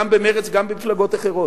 גם במרצ וגם במפלגות אחרות,